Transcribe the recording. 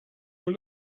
were